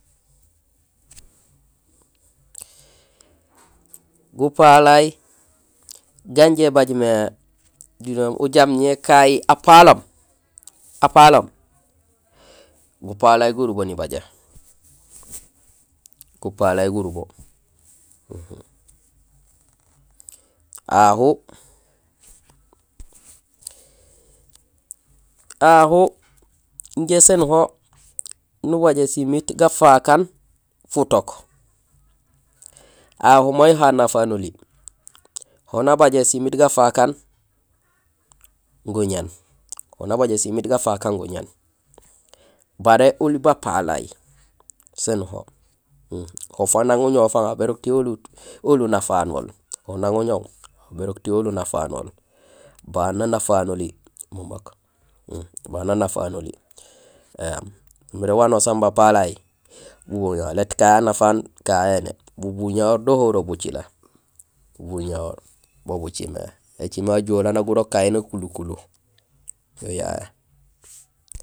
Gupalay ganjé ibaaj mé duniyahoom; ujaam ñé kahi apaloom; apaloom, gupalaay gurubo nibajé; gupalay gurubo. Ahu; agu injé sén hoo nubajé simiit gafaak aan futook, ahu may ho anafaan oli, ho nabajé simiit gafaak aan guñéén; ho nabajé simiit gafaak aan guñéén. Baré oli bapalay sén ho; ho fang éni uñoow fang aw bérok oli unafanool; ho nang uñoow bérok téér oli unafanool baan nanafaan oli memeek; baan nanafaan oli éém. Numiré wanusaan bapalay bubuñahoor, léét kahi anafaan kahi indé, bubuñahoor dohoro bucilé; bubuñahoor bu bucimé; écimé ajoolee na gurok kahi nakulu kulu yo yayu.